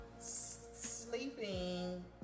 sleeping